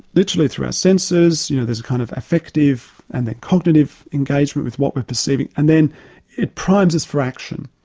literally through our senses, you know there's a kind of affective and a cognitive engagement with what we're perceiving and then it primes us for action.